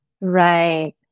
Right